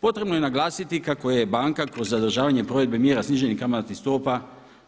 Potrebno je naglasiti kako je banka kroz održavanje provedbe mjera sniženih kamatnih stopa